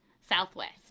southwest